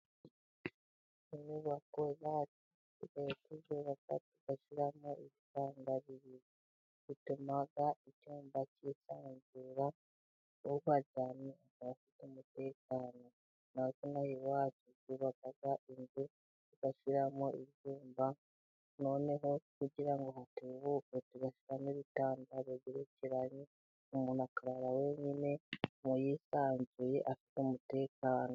Inyubako bari abakuze batadashyiramo ibitanga gutumaga icyumba cyitazu kuko cyane abafite umutekano na nayo iwacu kubafate inzu bashyiramo ibyombo, noneho kugira ngo tubuka tush n ibitambaro bi kirari umuntu akara wenyine mu yisanzuye afite umutekano.